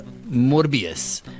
Morbius